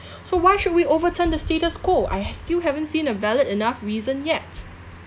so why should we overturn the status quo I hav~ still haven't seen a valid enough reason yet